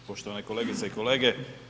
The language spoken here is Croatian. Poštovani kolegice i kolege.